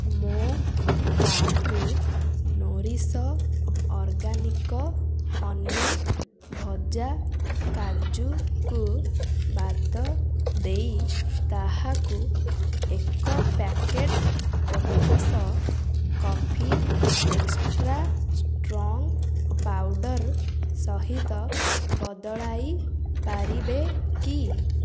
ମୋ କାର୍ଟ୍ରୁ Nourish organic honey ଭଜା କାଜୁକୁ ବାଦ୍ ଦେଇ ତାହାକୁ ଏକ packet Kothas coffee extra strong powder ସହିତ ବଦଳାଇ ପାରିବେ କି